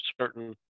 certain